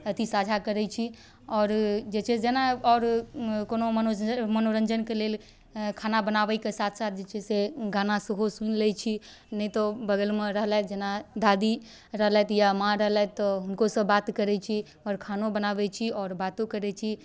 अथी साझा करै छी आओर जे छै से जेना आओर कोनो मनोरञ्जनके लेल खाना बनाबैके साथ साथ जे छै से गाना सेहो सुनि लै छी नहि तऽ बगलमे रहलथि जेना दादी रहलथि या माँ रहलथि तऽ हुनकोसँ बात करै छी आओर खानो बनाबै छी आओर बातो करै छी